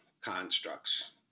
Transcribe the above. constructs